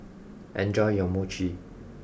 enjoy your Mochi